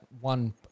one